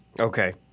Okay